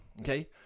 okay